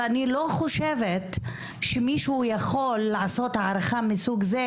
אני לא חושבת שמישהו יכול לעשות הערכה מסוג זה